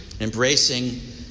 embracing